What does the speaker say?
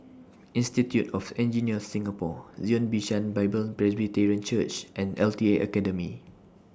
Institute of Engineers Singapore Zion Bishan Bible Presbyterian Church and L T A Academy